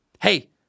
Hey